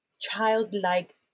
childlike